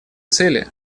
цели